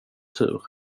tur